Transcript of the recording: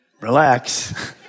Relax